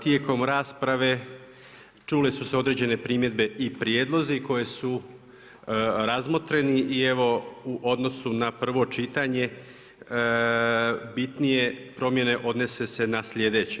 Tijekom rasprave čule su se određene primjedbe i prijedlozi koji su razmotreni i evo, u odnosu na prvo čitanje, bitnije promijene odnose se na sljedeće.